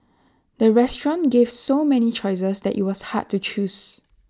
the restaurant gave so many choices that IT was hard to choose